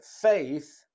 Faith